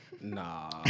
Nah